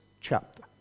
chapter